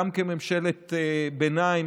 גם כממשלת ביניים,